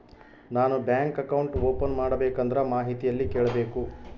ನಾನು bank account open ಮಾಡಬೇಕಂದ್ರ ಮಾಹಿತಿ ಎಲ್ಲಿ ಕೇಳಬೇಕು?